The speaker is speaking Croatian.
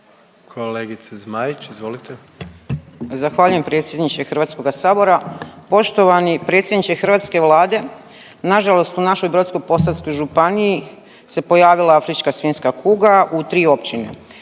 **Zmaić, Ankica (HDZ)** Zahvaljujem predsjedniče Hrvatskoga sabora. Poštovani predsjedniče hrvatske Vlade nažalost u našoj Brodsko-posavskoj županiji se pojavila afrička svinjska kuga u dvije općine.